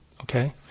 Okay